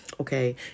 Okay